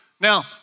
Now